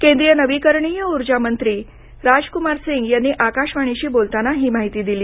केंद्रीय नवीकरणीय ऊर्जामंत्रीराज कुमार यांनी आकाशवाणीशी बोलताना ही माहिती दिली